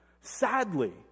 Sadly